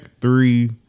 three